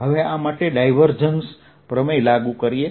હવે આ માટે ડાયવર્જન્સ પ્રમેય લાગુ કરીએ